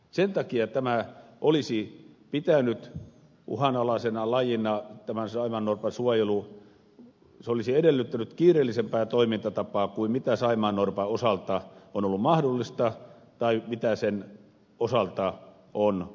sen takia tämän saimaannorpan suojelu uhanalaisena lajina olisi edellyttänyt kiireellisempää toimintatapaa kuin saimaannorpan osalta on ollut mahdollista tai mitä sen osalta on tapahtunut